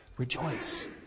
rejoice